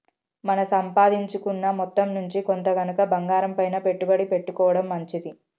మన సంపాదించుకున్న మొత్తం నుంచి కొంత గనక బంగారంపైన పెట్టుబడి పెట్టుకోడం మంచిది